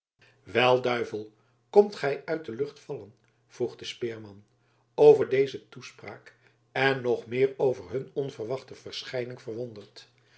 wat duivel komt gij uit de lucht vallen vroeg de speerman over deze toespraak en nog meer over hun onverwachte verschijning verwonderd